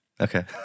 Okay